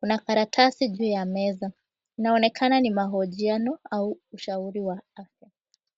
Kuna karatasi juu ya meza. Inaonekana ni mahojiano au ushauri wa afya.